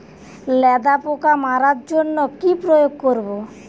লেদা পোকা মারার জন্য কি প্রয়োগ করব?